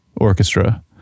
orchestra